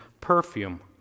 perfume